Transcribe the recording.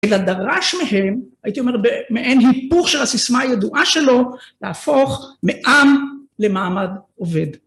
אלא דרש מהם, הייתי אומר, מעין היפוך של הסיסמה הידועה שלו, להפוך מעם למעמד עובד.